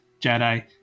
Jedi